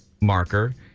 marker